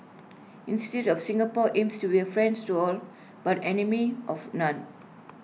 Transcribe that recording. instead of Singapore aims to be A friends to all but enemy of none